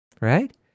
right